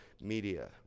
media